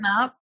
up